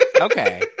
Okay